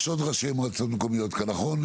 יש כאן עוד ראשי מועצות מקומיות, נכון?